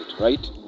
right